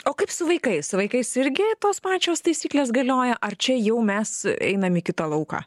o kaip su vaikais su vaikais irgi tos pačios taisyklės galioja ar čia jau mes einam į kitą lauką